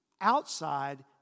outside